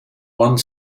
one